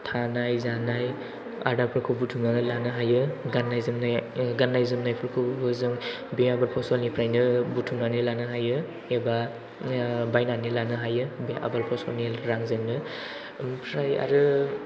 थानाय जानाय आदारफोरखौ बुथुमनानै लानो हायो गाननाय जोमनाय गाननाय जोमनायफोरखौबो जों बे आबाद फसलनिफ्रायनो बुथुमनानै लानो हायो एबा बायनानै लानो हायो बे आबाद फसलनि रांजोंनो ओमफ्राय आरो